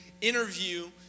interview